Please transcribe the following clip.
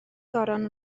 goron